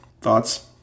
Thoughts